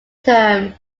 term